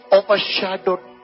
overshadowed